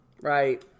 Right